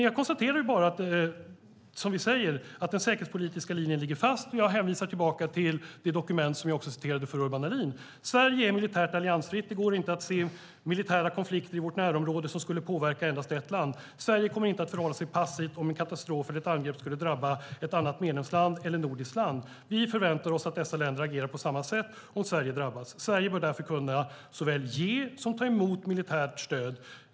Jag konstaterar bara, som vi säger, att den säkerhetspolitiska linjen ligger fast, och jag hänvisar tillbaka till det dokument som jag också citerade för Urban Ahlin: Sverige är militärt alliansfritt. Det går inte att se militära konflikter i vårt närområde som skulle påverka endast ett land. Sverige kommer inte att förhålla sig passivt om en katastrof eller ett angrepp skulle drabba ett annat medlemsland eller nordiskt land. Vi förväntar oss att dessa länder agerar på samma sätt om Sverige drabbas. Sverige bör därför kunna såväl ge som ta emot militärt stöd.